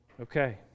Okay